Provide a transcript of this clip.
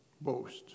boast